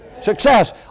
Success